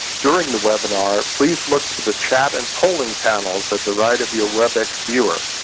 during the webinar, please look to the chat and polling panels at the right of your webex viewer.